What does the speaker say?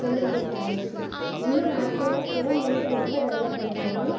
பொழுதுபோக்கு ஆயிடுச்சு இன்னும் நாட்கள்ல ஃபோன் வந்து ரொம்ப டெவலப்மெண்ட் ஆயிடும்